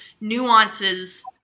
nuances